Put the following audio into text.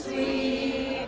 really